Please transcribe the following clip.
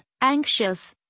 anxious